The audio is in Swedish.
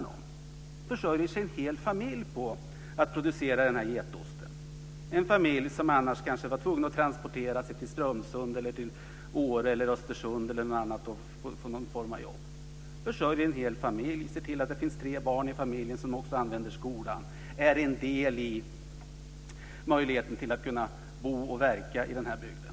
En hel familj försörjer sig på att producera den här getosten, en familj som annars kanske skulle vara tvungen att transportera sig till Strömsund, Åre, Östersund eller någon annan plats för att få någon form av jobb. Detta försörjer en hel familj med tre barn som man ser till använder skolan. Man är en del i möjligheten att kunna bo och verka i den här bygden.